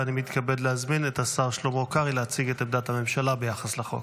ואני מתכבד להזמין את השר שלמה קרעי להציג את עמדת הממשלה ביחס לחוק.